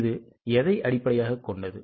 இது எதை அடிப்படையாகக் கொண்டது